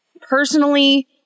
personally